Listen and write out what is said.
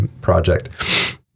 project